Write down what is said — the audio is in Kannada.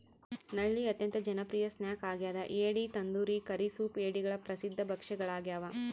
ನಳ್ಳಿ ಅತ್ಯಂತ ಜನಪ್ರಿಯ ಸ್ನ್ಯಾಕ್ ಆಗ್ಯದ ಏಡಿ ತಂದೂರಿ ಕರಿ ಸೂಪ್ ಏಡಿಗಳ ಪ್ರಸಿದ್ಧ ಭಕ್ಷ್ಯಗಳಾಗ್ಯವ